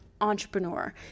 entrepreneur